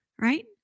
right